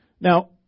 Now